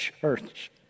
church